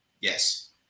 Yes